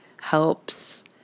helps